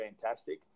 fantastic